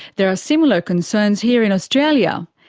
there are similar concerns here in australia.